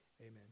Amen